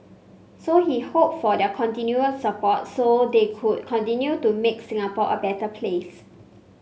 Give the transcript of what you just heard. so he hoped for their continued support so they could continue to make Singapore a better place